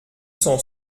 cent